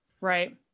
right